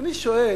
ואני שואל: